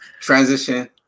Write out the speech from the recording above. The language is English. Transition